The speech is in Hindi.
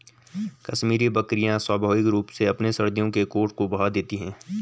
कश्मीरी बकरियां स्वाभाविक रूप से अपने सर्दियों के कोट को बहा देती है